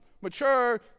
mature